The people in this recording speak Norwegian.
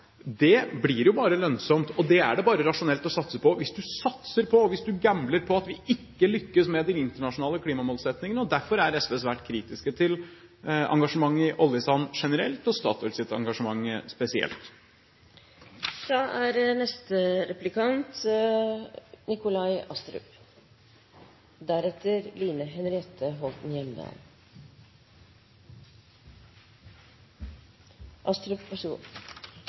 blir bare lønnsomme og er bare rasjonelt å satse på hvis du satser på og gambler med at vi ikke lykkes med de internasjonale klimamålsettingene. Derfor er SV svært kritisk til engasjementet i oljesand generelt og til Statoils engasjement spesielt.